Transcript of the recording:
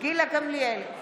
גילה גמליאל,